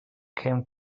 came